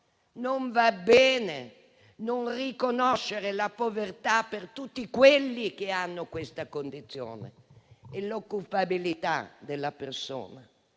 non va bene non riconoscere la povertà per tutti quelli che hanno questa condizione. L'occupabilità della persona